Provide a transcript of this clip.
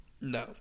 no